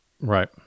Right